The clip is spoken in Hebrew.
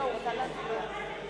בשמות חברי הכנסת)